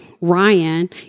Ryan